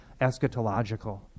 eschatological